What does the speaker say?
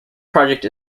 project